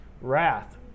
wrath